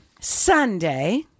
Sunday